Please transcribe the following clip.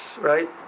right